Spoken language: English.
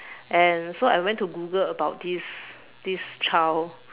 and so I went to Google about this this child